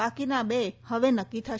બાકીના બે હવે નક્કી થશે